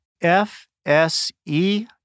F-S-E